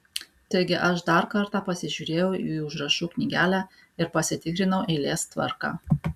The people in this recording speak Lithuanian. taigi aš dar kartą pasižiūrėjau į užrašų knygelę ir pasitikrinau eilės tvarką